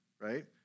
right